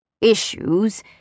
issues